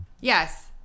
Yes